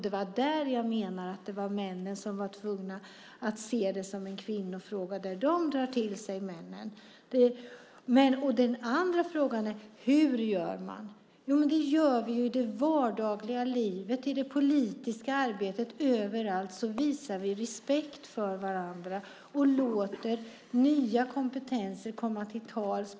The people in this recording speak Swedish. Det var där jag menade att det var männen som var tvungna att se det som en kvinnofråga, där de drar till sig männen. Den andra frågan är: Hur gör man? Jo, vi gör det i det vardagliga livet och i det politiska arbetet. Överallt visar vi respekt för varandra och låter nya kompetenser komma till tals.